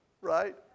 right